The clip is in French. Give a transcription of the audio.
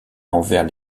envers